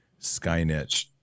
Skynet